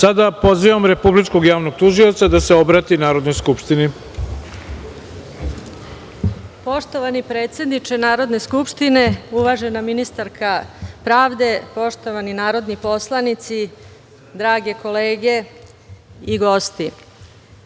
pozivam Republičkog javnog tužioca da se obrati Narodnoj skupštini. **Zagorka Dolovac** Poštovani predsedniče Narodne skupštine, uvažena ministarka pravde, poštovani narodni poslanici, drage kolege i gosti,